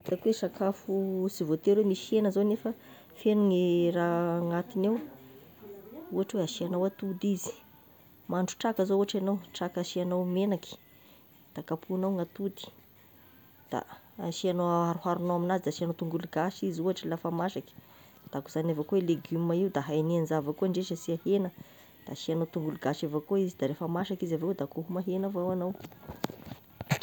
Ny hitako oe sakafo sy voatery misy hena zao nefa fegno ny raha agnatigny ao, ohatry hoe asiagnao atody izy, mahandro traka zao ohatry egnao, traka asiagnao megnaky da kapohagnao gn'atody da asiagnao- aharoharognao amignazy de asiagnao tongolo gasy izy ohatry lafa masaky, da tahak'izagny avao koa ny legioma io de hay hagny anzao avao koa ndre sy asia hena da asiagnao tongolo gasy avao koa io, de refa masaky izy vao da koa homa hena avao agnao.